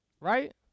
Right